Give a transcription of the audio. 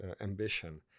ambition